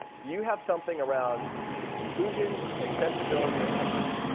do you have something around inclusion, accessibility, or equity?